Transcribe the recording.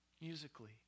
Musically